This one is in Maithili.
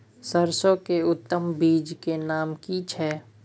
सरसो के उत्तम बीज के नाम की छै?